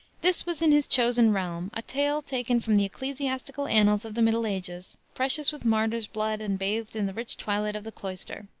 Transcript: this was in his chosen realm a tale taken from the ecclesiastical annals of the middle ages, precious with martyrs' blood and bathed in the rich twilight of the cloister.